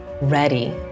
ready